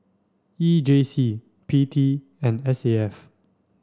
E J C P T and S A F